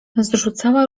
zrzucała